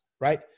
right